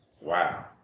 Wow